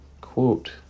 quote